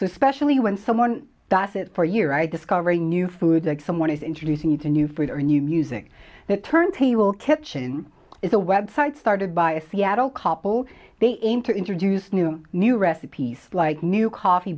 especially when someone does it for a year i discover a new food like someone is introducing you to new fruit or new music that turntable kitchen is a web site started by a seattle couple they aim to introduce new new recipes like new coffee